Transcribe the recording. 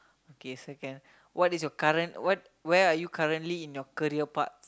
okay second what is your current what where are you currently in your career part